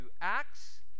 Acts